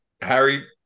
Harry